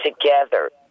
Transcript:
together